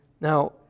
now